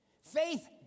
Faith